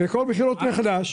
בכל בחירות מחדש.